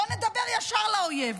בואו נדבר ישר לאויב.